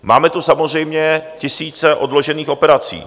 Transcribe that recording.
Máme tu samozřejmě tisíce odložených operací.